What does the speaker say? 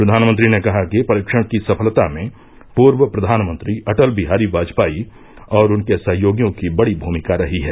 प्रधानमंत्री ने कहा है कि परीक्षण की सफलता में पूर्व प्रधानमंत्री अटल बिहारी वाजपेयी और उनके सहयोगियों की बड़ी भूमिका रही है